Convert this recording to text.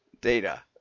data